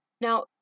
Now